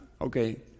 okay